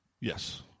Yes